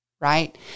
right